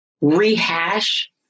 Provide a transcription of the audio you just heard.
rehash